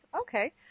Okay